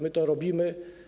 My to robimy.